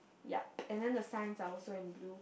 yep and then the signs are also in blue